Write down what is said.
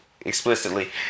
explicitly